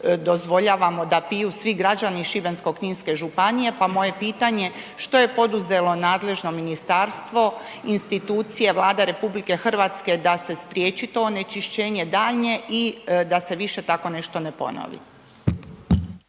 dozvoljavamo da piju svi građani šibensko-kninske županije, pa moje pitanje što je poduzelo nadležno ministarstvo, institucije Vlade RH da se spriječi to onečišćenje daljnje i da se više tako nešto ne ponovi?